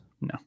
No